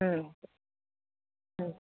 ம் ம்